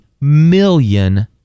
million